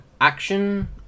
action